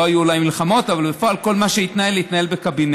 לא היו אולי מלחמות אבל בפועל כל מה שהתנהל התנהל בקבינט.